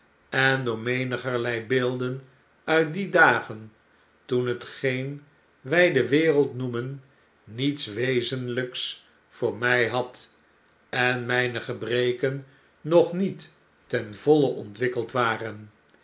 en door menigerlei beelden uit die dagen toen hetgeen wij de wereld noemen niets wezenhjks voor mij had en mgne gebreken nog niet ten voile ontwikkeld waren